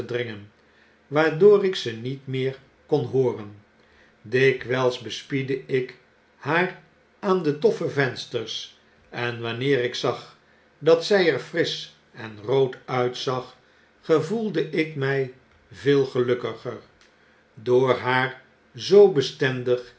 waardoor ik ze niet meer kon hooren dikwyls bespiedde ik haar aan de doffe vensters en wanneer ik zag dat zy er frisch en rood uitzag gevoelde ik my veel gelukkiger door haar zoo bestendig